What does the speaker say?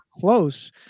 close